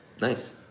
Nice